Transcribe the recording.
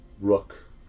Rook